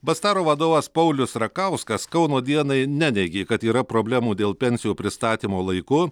bastaro vadovas paulius rakauskas kauno dienai neneigė kad yra problemų dėl pensijų pristatymo laiku